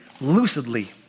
lucidly